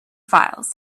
files